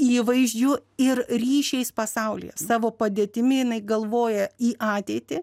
įvaizdžiu ir ryšiais pasaulyje savo padėtimi jinai galvoja į ateitį